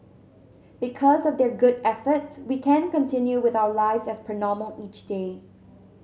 because of their good efforts we can continue with our lives as per normal each day